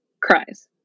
cries